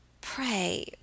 Pray